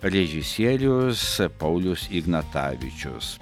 režisierius paulius ignatavičius